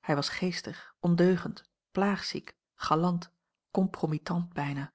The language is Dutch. hij was geestig ondeugend plaagziek galant compromittant bijna